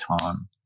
time